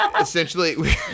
essentially